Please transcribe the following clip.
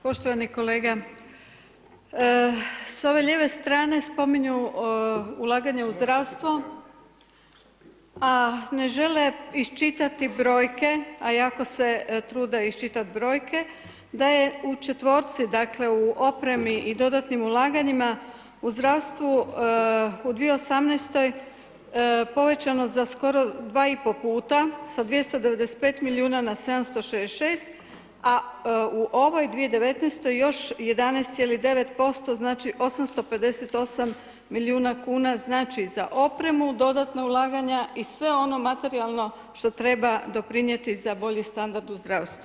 Poštovani kolega, s ove lijeve strane spominju ulaganja u zdravstvo a ne žele iščitati brojke a jako se trude iščitati brojke da je u četvorci dakle u opremi i dodatnim ulaganjima u zdravstvu u 2018. povećano za skoro 2 i po puta, sa 295 milijuna na 766, a u ovoj 2019. još 11,9% znači 858 milijuna kuna znači za opremu dodatna ulaganja i sve ono materijalno što treba doprinijeti za bolji standard u zdravstvu.